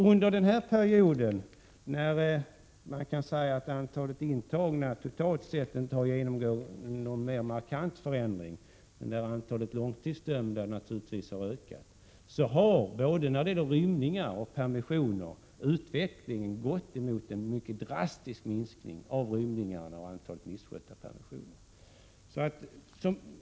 Under denna period, när man kan säga att antalet intagna totalt sett inte har genomgått någon mer markant förändring men antalet långtidsdömda naturligtvis har ökat, har utvecklingen både när det gäller rymningar och permissioner gått mot en mycket drastisk minskning av rymningarna och av antalet misskötta permissioner.